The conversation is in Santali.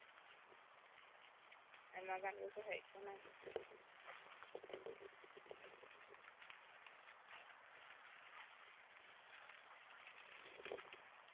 ᱟᱭᱢᱟ ᱜᱟᱱ ᱜᱮᱠᱚ ᱦᱮᱡ ᱟᱠᱟᱱᱟ